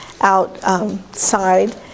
outside